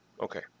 okay